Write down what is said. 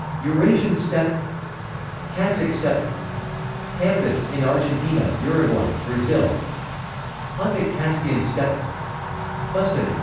eurasian steppe kazakh steppe pampas, in argentina, uruguay, brazil pontic-caspian steppe puszta